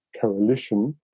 coalition